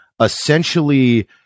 essentially